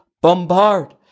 bombard